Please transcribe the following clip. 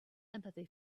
empathy